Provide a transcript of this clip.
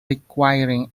requiring